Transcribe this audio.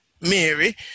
Mary